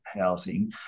housing